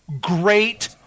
great